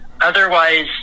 otherwise